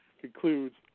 concludes